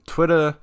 Twitter